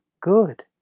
good